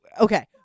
okay